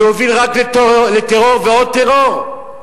זה הוביל רק לטרור ועוד טרור.